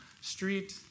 street